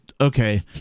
okay